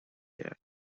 کرد